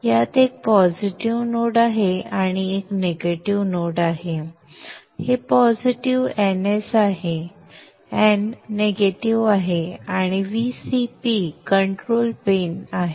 यात एक positive node आहे आणि निगेटिव्ह नोड म्हणजे हे पॉझिटिव्ह ns आहे n निगेटिव्ह आहे आणि Vcp कंट्रोल पिन आहे